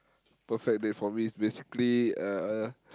perfect date for me is basically uh